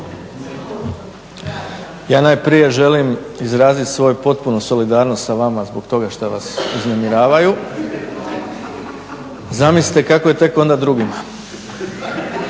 Ja najprije želim izrazit svoju potpunu solidarnost sa vama zbog toga što vas uznemiravaju. Zamislite kako je tek onda drugima.